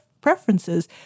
preferences